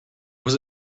was